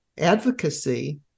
advocacy